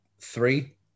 three